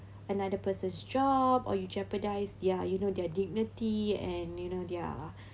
another person's job or you jeopardise their you know their dignity and you know their